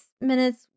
minutes